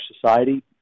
society